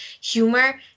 humor